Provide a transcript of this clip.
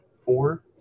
four